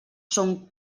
són